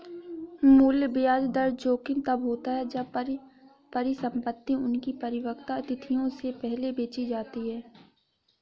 मूल्य ब्याज दर जोखिम तब होता है जब परिसंपतियाँ उनकी परिपक्वता तिथियों से पहले बेची जाती है